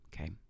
Okay